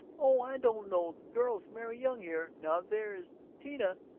oh, i don't know girls marry young here. now there is tita.